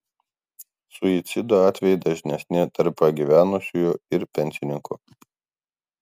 suicido atvejai dažnesni tarp pagyvenusiųjų ir pensininkų